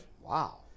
Wow